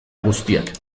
guztiak